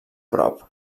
prop